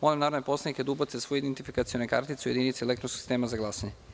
Molim narodne poslanike da ubace svoje identifikacione kartice u jedinice elektronskog sistema za glasanje.